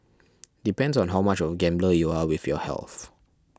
depends on how much of a gambler you are with your health